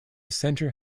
centre